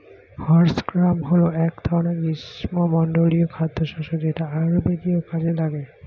horse gram হল এক ধরনের গ্রীষ্মমণ্ডলীয় খাদ্যশস্য যেটা আয়ুর্বেদীয় কাজে লাগে